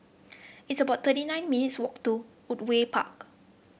it's about thirty nine minutes' walk to Woodleigh Park